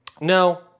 No